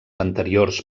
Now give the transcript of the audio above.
anteriors